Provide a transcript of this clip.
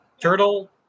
turtle